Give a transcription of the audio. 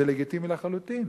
זה לגיטימי לחלוטין.